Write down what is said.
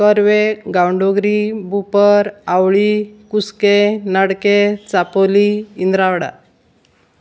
करवे गांवडोगरी बुपर आवळी कुस्कें नाडके चापोली इंद्रावडा